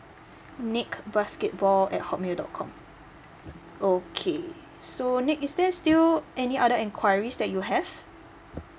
nick basketball at hotmail dot com okay so nick is there still any other enquiries that you have